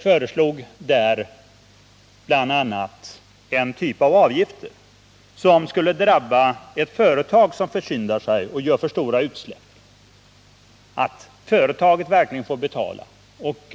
föreslog bl.a. en typ av avgifter som skulle drabba ett företag som försyndar sig och gör alltför stora utsläpp genom att företaget verkligen måste betala.